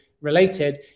related